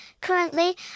Currently